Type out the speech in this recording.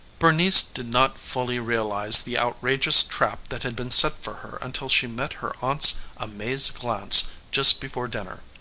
bernice did not fully realize the outrageous trap that had been set for her until she met her aunt's amazed glance just before dinner.